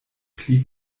pli